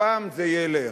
הפעם זה ילך.